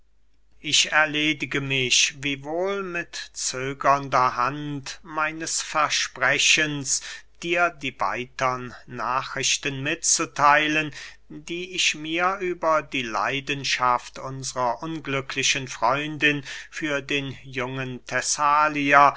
ich entledige mich wiewohl mit zögernder hand meines versprechens dir die weitern nachrichten mitzutheilen die ich mir über die leidenschaft unsrer unglücklichen freundin für den jungen